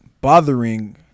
bothering